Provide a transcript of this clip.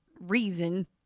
reason